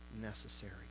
necessary